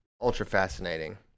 ultra-fascinating